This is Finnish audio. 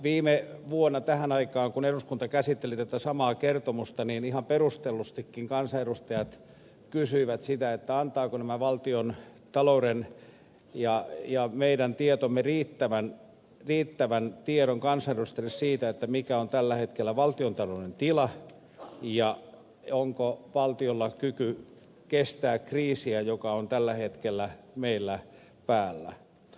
viime vuonna tähän aikaan kun eduskunta käsitteli tätä samaa kertomusta ihan perustellustikin kansanedustajat kysyivät sitä että antaa kunnan valtion talouden ja antavatko meidän tietomme riittävän tiedon kansanedustajille siitä mikä on tällä hetkellä valtiontalouden tila ja onko valtiolla kyky kestää kriisiä joka on tällä hetkellä meillä päällä